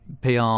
PR